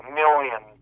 million